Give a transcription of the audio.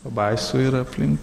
pabaisų yra aplink